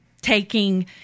taking